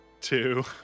two